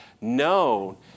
no